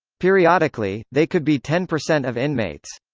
periodically, they could be ten percent of inmates.